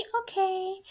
okay